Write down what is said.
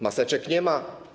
Maseczek nie ma?